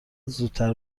زودتر